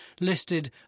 listed